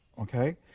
Okay